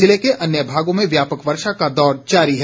जिले के अन्य भागों में व्यापक वर्षा का दौर जारी है